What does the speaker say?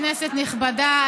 כנסת נכבדה,